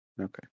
Okay